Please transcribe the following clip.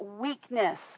weakness